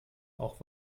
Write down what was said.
auch